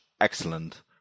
excellent